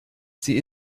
sie